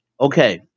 Okay